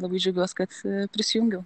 labai džiaugiuos kad prisijungiau